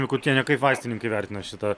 mikutiene kaip vaistininkai vertina šitą